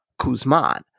Kuzman